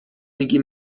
میگی